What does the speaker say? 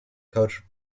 coached